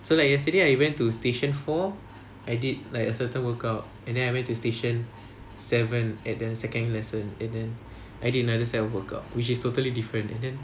so like yesterday I went to station four I did like a certain workout and then I went to station seven at the second lesson and then I did another set of workout which is totally different and then